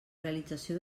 realització